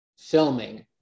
filming